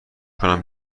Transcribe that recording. کنیم